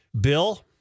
Bill